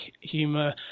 humor